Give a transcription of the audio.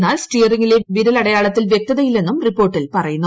എന്നാൽ സ്റ്റിയറിങിലെ വിരലടയാളത്തിൽ വൃക്തതയില്ലെന്നും റിപ്പോർട്ടിൽ പറയുന്നു